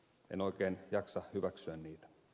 en oikein jaksa hyväksyä niitä